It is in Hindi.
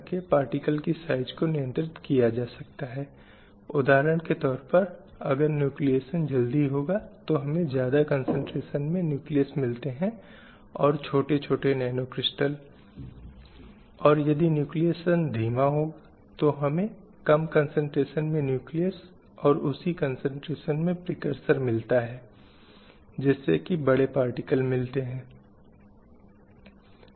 समानता की स्वतंत्रता की अवधारणाओं को या महिलाओं को यह कहने के लिए कि सभी इतिहास इस बात को प्रमाणित करते हैं कि पुरुषों ने इच्छानुसार महिलाओं को अपने वश में कर लिया है उसे अपनी आत्म संतुष्टि को बढ़ावा देने के लिए एक साधन के रूप में इस्तेमाल किया है लेकिन कभी भी उन्होंने उसे इस पद पर बुलंद करने की इच्छा नहीं जताई जिसे भरने के लिए वह बनी थी